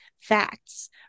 facts